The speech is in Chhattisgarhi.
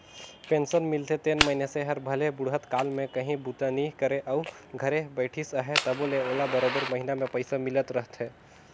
पेंसन मिलथे तेन मइनसे हर भले बुढ़त काल में काहीं बूता नी करे अउ घरे बइठिस अहे तबो ले ओला बरोबेर महिना में पइसा मिलत रहथे